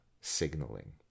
signaling